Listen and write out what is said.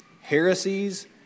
heresies